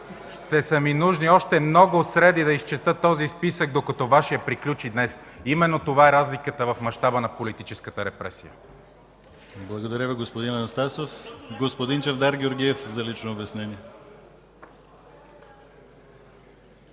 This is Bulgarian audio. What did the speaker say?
Ще са ми нужни още много среди да изчета този списък, докато Вашият приключи днес. Именно това е разликата в мащаба на политическата репресия. ПРЕДСЕДАТЕЛ ДИМИТЪР ГЛАВЧЕВ: Благодаря Ви, господин Анастасов. Господин Чавдар Георгиев – лично обяснение.